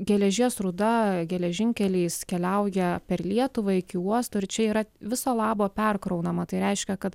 geležies rūda geležinkeliais keliauja per lietuvą iki uosto ir čia yra viso labo perkraunama tai reiškia kad